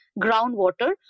groundwater